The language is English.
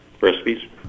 recipes